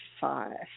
five